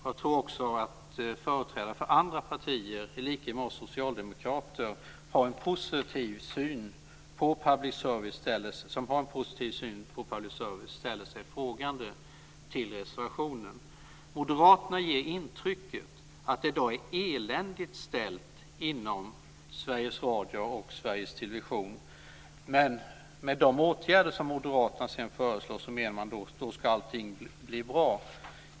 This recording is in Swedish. Jag tror också att företrädare för andra partier som i likhet med oss socialdemokrater har en positiv syn på public service ställer sig frågande till reservationen. Moderaterna ger intrycket att det i dag är eländigt ställt inom Sveriges Radio och Sveriges Television. Men med de åtgärder som moderaterna föreslår ska allting bli bra.